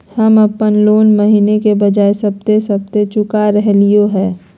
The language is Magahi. हम अप्पन लोन महीने के बजाय सप्ताहे सप्ताह चुका रहलिओ हें